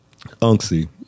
Unksy